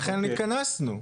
לכן נתכנסנו.